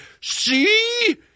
see –